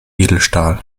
edelstahl